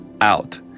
out